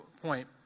point